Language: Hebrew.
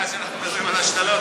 מכיוון שאנחנו מדברים על השתלות,